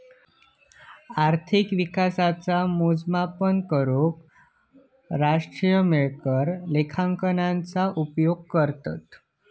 अर्थिक विकासाचा मोजमाप करूक राष्ट्रीय मिळकत लेखांकनाचा उपयोग करतत